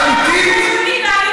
את אמיתית?